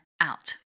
out